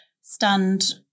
stand